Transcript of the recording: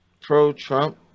pro-Trump